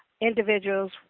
individuals